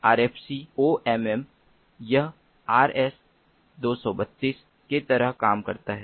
तो यह आरएफसीओएमएम यह आर एस 232 के तरह काम करता है